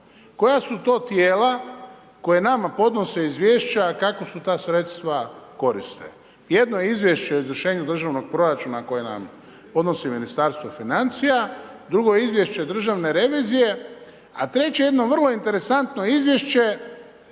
Koja su to tijela koja nama podnose izvješća kako se ta sredstva koriste? Jedno je izvješće o izvršenju državnog proračuna koje nam podnosi Ministarstvo financija, drugo je izvješće državne revizije, a treće jedno vrlo interesantno izvješće